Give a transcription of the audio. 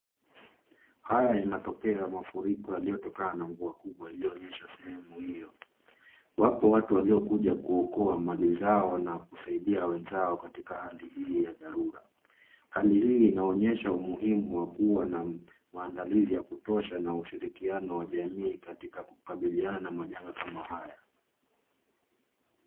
Haya ni matokeo ya mafuriko yaliyo tokana na mvua kubwa ilio nyesha sehemu hio. Wapo watu walio kuja kuokoa mali zao na kusaidia wenzao katika hali hii ya dharura. Hali hii inaonyesha umuhimu wa kuwa na maandalizi wa kutosha na ushrikiano wa jamii katika kukabiliana na majanga haya.